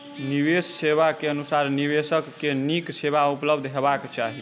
निवेश सेवा के अनुसार निवेशक के नीक सेवा उपलब्ध हेबाक चाही